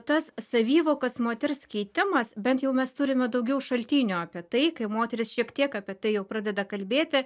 tas savivokos moters keitimas bent jau mes turime daugiau šaltinių apie tai kai moterys šiek tiek apie tai jau pradeda kalbėti